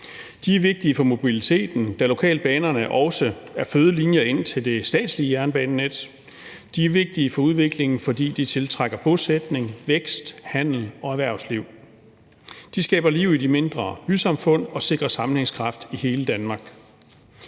De er vigtige for mobiliteten, da lokalbanerne også er fødelinjer ind til det statslige jernbanenet. De er vigtige for udviklingen, fordi de tiltrækker bosætning, vækst, handel og erhvervsliv. De skaber liv i de mindre bysamfund og sikrer sammenhængskraft i hele Danmark.